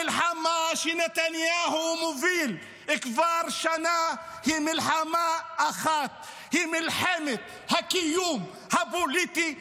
המלחמה שנתניהו מוביל כבר שנה היא מלחמה אחת: מלחמת הקיום הפוליטי שלו,